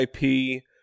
IP